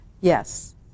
Yes